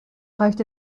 reicht